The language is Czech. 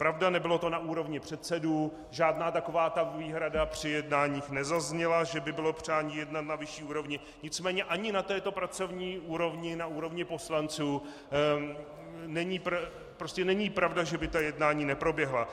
Pravda, nebylo to na úrovni předsedů, žádná taková výhrada při jednáních nezazněla, že by bylo přání jednat na vyšší úrovni, nicméně ani na této pracovní úrovni, na úrovni poslanců prostě není pravda, že by ta jednání neproběhla.